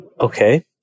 Okay